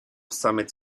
summit